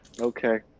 Okay